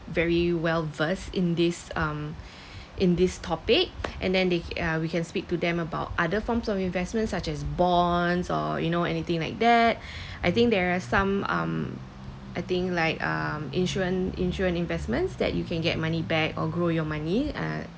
very well versed in this um in this topic and then they uh we can speak to them about other forms of investments such as bonds or you know anything like that I think there are some um I think like um insurance insurance investments that you can get money back or grow your money uh